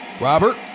Robert